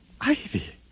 Ivy